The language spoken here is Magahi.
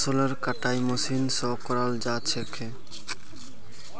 फसलेर कटाई मशीन स कराल जा छेक